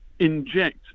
inject